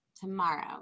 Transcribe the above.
tomorrow